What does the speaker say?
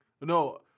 No